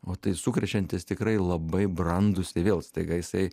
o tai sukrečiantys tikrai labai brandūs ir vėl staiga jisai